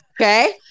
Okay